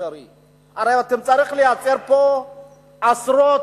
הרי צריכים להיות פה עשרות,